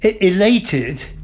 Elated